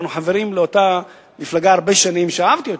הרבה שנים היינו חברים לאותה מפלגה, שאהבתי אותה,